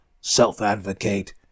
self-advocate